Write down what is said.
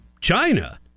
China